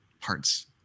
parts